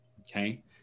okay